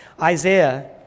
Isaiah